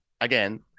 again